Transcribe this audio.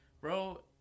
Bro